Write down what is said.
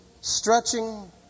stretching